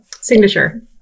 signature